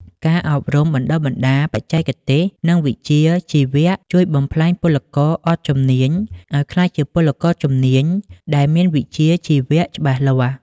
ការអប់រំបណ្ដុះបណ្ដាលបច្ចេកទេស និងវិជ្ជាជីវៈ ជួយបំប្លែងពលករអត់ជំនាញ ឱ្យក្លាយជាពលករជំនាញដែលមានវិជ្ជាជីវៈច្បាស់លាស់។